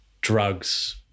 drugs